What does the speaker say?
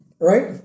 right